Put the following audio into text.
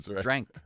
Drank